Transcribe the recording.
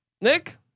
Nick